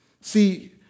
See